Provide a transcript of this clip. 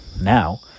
now